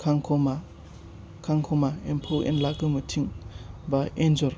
खांख'मा खांख'मा एम्फौ एनला गोमोथिं बा एन्जर